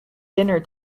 dinner